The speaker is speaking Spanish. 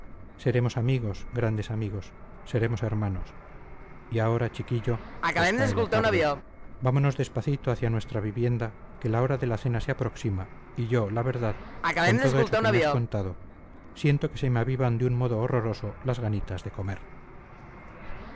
seremos amigos grandes amigos seremos hermanos y ahora chiquillo pues cae la tarde vámonos despacito hacia nuestra vivienda que la hora de la cena se aproxima y yo la verdad con todo eso que me has contado siento que se me avivan de un modo horroroso las ganitas de comer